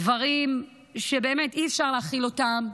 דברים שבאמת אי-אפשר להכיל אותם.